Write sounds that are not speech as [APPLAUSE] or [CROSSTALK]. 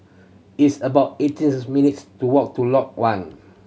it's about eighteen [UNINTELLIGIBLE] minutes' to walk to Lot One